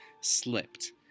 slipped